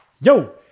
Yo